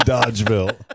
Dodgeville